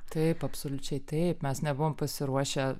taip absoliučiai taip mes nebuvom pasiruošę